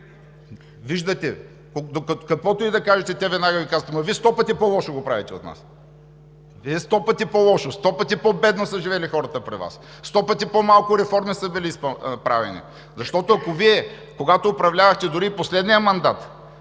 Виждате, каквото и да кажете, те веднага Ви казват: „Ама Вие сто пъти по-лошо го правите от нас!“ Сто пъти по-лошо, сто пъти по-бедно са живели хората при Вас. Сто пъти по-малко реформи са били правени. Ако Вие, когато управлявахте – дори и последния мандат,